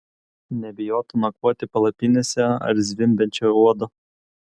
nebijotų nakvoti palapinėse ar zvimbiančio uodo